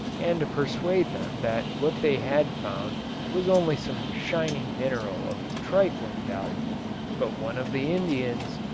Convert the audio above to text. and to persuade them that what they had found was only some shining mineral of trifling value but one of the indians,